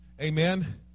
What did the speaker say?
Amen